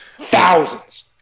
Thousands